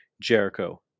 Jericho